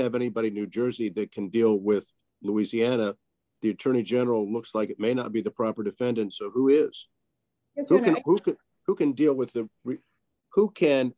have anybody new jersey big can deal with louisiana the attorney general looks like it may not be the proper defendant so who is in so who can deal with the who can